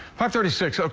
five thirty six. ah